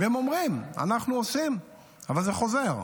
הם אומרים: אנחנו עושים, אבל זה חוזר.